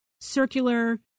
circular